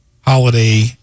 Holiday